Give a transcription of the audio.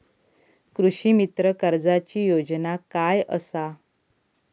कृषीमित्र कर्जाची योजना काय असा?